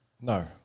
no